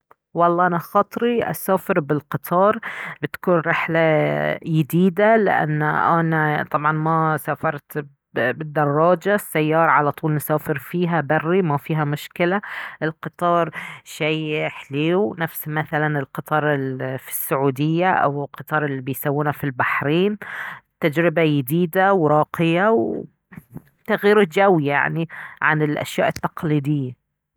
والله انا خاطري اسافر بالقطار بتكون رحلة يديدة لأنه انا طبعا ما سافرت بالدراجة، السيارة على طول نسافر فيها بري مافيها مشكلة القطار شي حليو نفس مثلا القطار الي في السعودية القطار الي بيسوونه في البحرين تجربة يديدة وراقية تغيير جو يعني عن الأشياء التقليدية